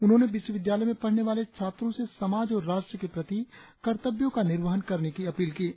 उन्होंने विश्वविद्यालय में पढ़ने वाले छात्रों से समाज और राष्ट्र के प्रति कर्तव्यों का निर्वहन करने की अपील की है